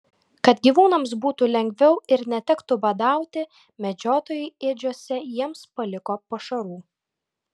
kad gyvūnams būtų lengviau ir netektų badauti medžiotojai ėdžiose jiems paliko pašarų